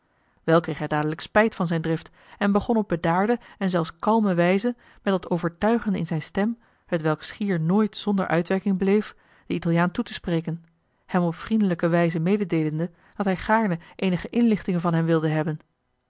kreeg hij dadelijk spijt van zijn drift en begon op bedaarde en zelfs kalme wijze met dat overtuigende in zijn stem hetwelk schier nooit zonder uitwerking bleef den italiaan toe te spreken hem op vriendelijke wijze mededeelende dat hij gaarne eenige inlichtingen van hem wilde hebben